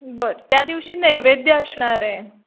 बरं त्या दिवशी नैवेद्य असणार आहे